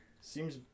seems